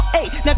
Now